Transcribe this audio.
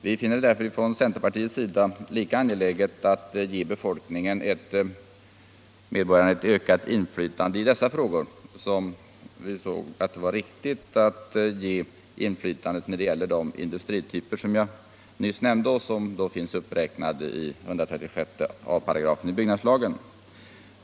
Vi finner det därför från centerns sida lika angeläget att ge medborgarna ett ökat inflytande i dessa frågor som när det gäller de industrityper som jag nyss nämnde och som räknas upp i 136 a § byggnadslagen.